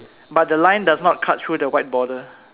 but the line does not cut through the white border